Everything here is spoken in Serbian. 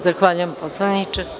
Zahvaljujem, poslaniče.